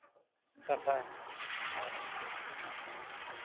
ᱴᱟᱴᱟ ᱦᱳᱭ